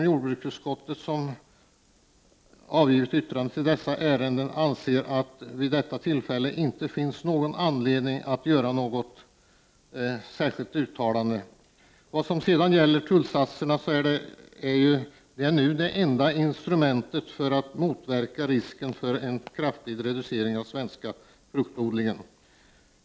Jordbruksutskottet som avgivit yttrande i dessa ärenden anser att det vid detta tillfälle inte finns någon anledning att göra något särskilt uttalande. Tullsatserna är nu det enda instrumentet för att motverka risken för en kraftig reducering av svensk fruktodling.